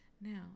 Now